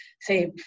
say